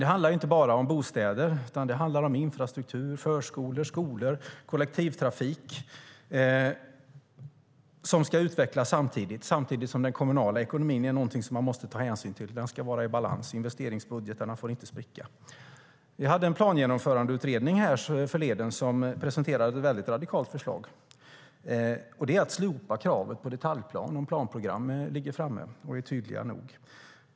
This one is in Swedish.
Det handlar inte bara om bostäder, utan det handlar om infrastruktur, förskolor, skolor och kollektivtrafik som ska utvecklas samtidigt som man måste ta hänsyn till den kommunala ekonomin. Den ska vara i balans, och investeringsbudgetarna får inte spricka. Vi hade en plangenomförandeutredning härförleden som presenterade ett väldigt radikalt förslag, nämligen att slopa kravet på detaljplan om planprogram ligger framme och är tydliga nog.